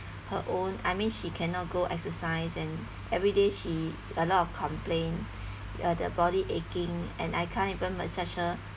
her own I mean she cannot go exercise and everyday she a lot of complaint uh the body aching and I can't even massage her